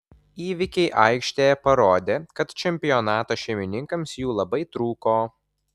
įvykiai aikštėje parodė kad čempionato šeimininkams jų labai trūko